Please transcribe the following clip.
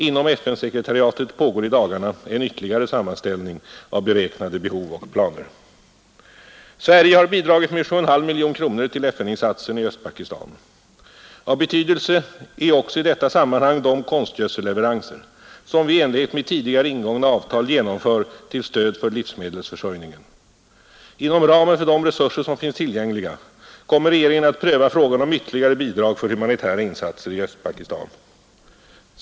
Inom FN-sekretariatet pågår i dagarna en ytterligare sammanställning av beräknade behov och planer. Sverige har bidragit med 7,5 miljoner kronor till FN-insatsen i Östpakistan. Av betydelse är också i detta sammanhang de konstgödselleveranser, som vi i enlighet med tidigare ingångna avtal genomför till stöd för livsmedelsförsörjningen. Inom ramen för de resurser som finns tillgängliga kommer regeringen att pröva frågan om ytterligare bidrag för humanitära insatser i Östpakistan.